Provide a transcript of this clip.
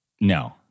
No